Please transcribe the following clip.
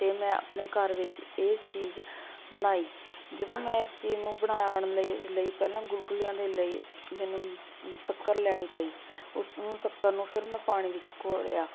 ਅਤੇ ਮੈਂ ਆਪਣੇ ਘਰ ਵਿੱਚ ਇਹ ਚੀਜ਼ ਬਣਾਈ ਜਦੋਂ ਮੈਂ ਇਸ ਚੀਜ਼ ਨੂੰ ਬਣਾਉਣ ਲਈ ਲਈ ਪਹਿਲਾਂ ਗੁਲਗੁਲਿਆਂ ਦੇ ਲਈ ਮੈਨੂੰ ਸ਼ੱਕਰ ਲੈਣੀ ਪਈ ਉਸ ਸ਼ੱਕਰ ਨੂੰ ਫਿਰ ਮੈਂ ਪਾਣੀ ਵਿੱਚ ਘੋਲਿਆ